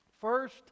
First